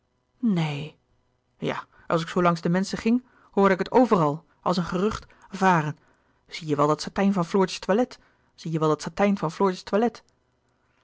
neen ja als ik zoo langs de menschen ging hoorde ik het overal als een gerucht varen zie je wel dat satijn van floortjes toilet zie je wel dat satijn van floortjes toilet